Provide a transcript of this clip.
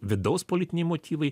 vidaus politiniai motyvai